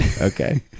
Okay